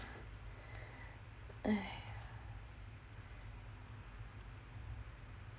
!aiya!